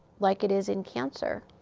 like it is in cancer.